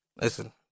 Listen